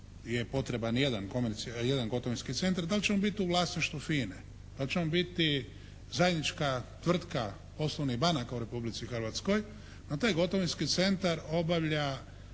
je potreban jedan gotovinski centar. Da li će on biti u vlasništvu FINA-e, da li će on biti zajednička tvrtka poslovnih banaka u Republici Hrvatskoj, no taj gotovinski centar obavlja